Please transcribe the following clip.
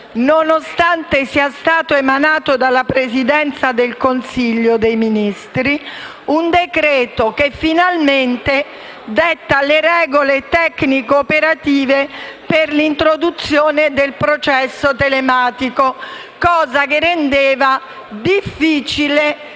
nonostante sia stato emanato dalla Presidenza del Consiglio dei ministri un provvedimento che finalmente detta le regole tecnico operative per l'introduzione del processo telematico, cosa che rendeva difficile